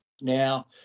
Now